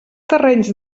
terrenys